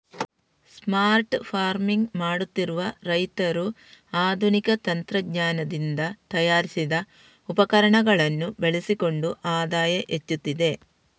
smart farming ಮಾಡುತ್ತಿರುವ ರೈತರು ಆಧುನಿಕ ತಂತ್ರಜ್ಞಾನದಿಂದ ತಯಾರಿಸಿದ ಉಪಕರಣಗಳನ್ನು ಬಳಸಿಕೊಂಡು ಆದಾಯ ಹೆಚ್ಚುತ್ತಿದೆ